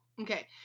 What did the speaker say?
Okay